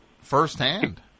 firsthand